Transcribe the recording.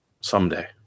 someday